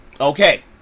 Okay